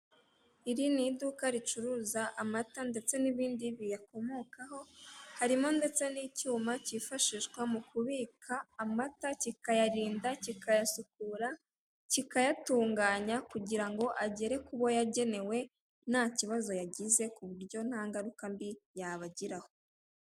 Iri ni iduka ricuruza amata ndetse n'ibindi biyakomokaho harimo ndetse n'icyuma kifashishwa mu kubika amata, kikayarinda, kikayasukura, kikayatunganya kugira ngo agere kubo yagenewe ntakibazo yagize kuburyo ntangaruka mbi yabagiraho.